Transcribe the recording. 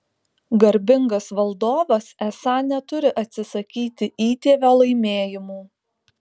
garbingas valdovas esą neturi atsisakyti įtėvio laimėjimų